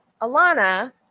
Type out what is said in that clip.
Alana